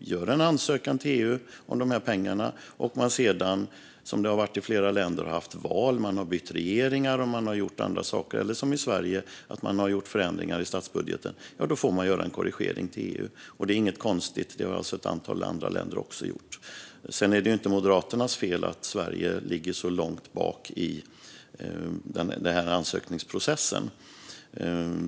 gör en ansökan till EU om de här pengarna och sedan, som det har varit i flera länder, har val, byter regering eller gör andra saker - Sverige har gjort förändringar i statsbudgeten - får man göra en korrigering till EU. Detta är inget konstigt; det har ett antal andra länder också gjort. Sedan är det ju inte Moderaternas fel att Sverige ligger så långt bak i ansökningsprocessen.